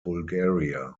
bulgaria